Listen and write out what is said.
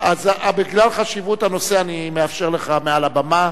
של חבר הכנסת זבולון אורלב,